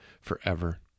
forever